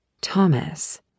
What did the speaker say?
Thomas